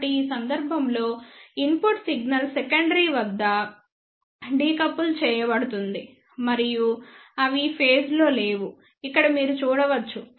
కాబట్టి ఈ సందర్భంలో ఇన్పుట్ సిగ్నల్ సెకండరీ వద్ద డికపుల్ చేయబడుతుంది మరియు అవి ఫేజ్ లో లేవు ఇక్కడ మీరు చూడవచ్చు